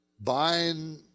Buying